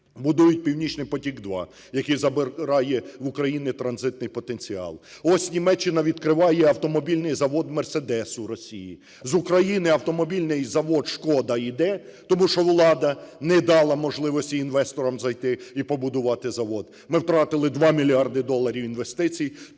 будують "Північний потік-2", який забирає у України транзитний потенціал. Ось Німеччина відкриває автомобільний завод "Mерседес" у Росії. З України автомобільний завод "Шкода" іде, тому що влада не дали можливості інвесторам зайти і побудувати завод, ми втратили 2 мільярда доларів інвестицій,